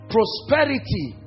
Prosperity